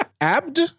Abd